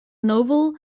novel